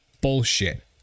bullshit